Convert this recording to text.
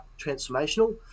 transformational